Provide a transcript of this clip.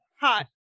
hot